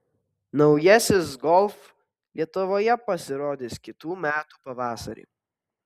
naujasis golf lietuvoje pasirodys kitų metų pavasarį